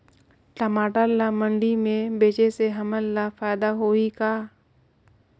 टमाटर ला मंडी मे बेचे से हमन ला फायदा होही का?